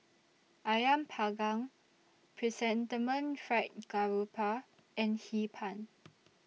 Ayam Panggang Chrysanthemum Fried Garoupa and Hee Pan